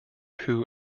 who